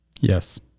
Yes